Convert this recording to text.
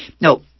No